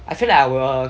I feel like I will